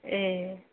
ए